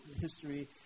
history